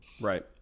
Right